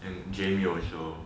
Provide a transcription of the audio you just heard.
and james you also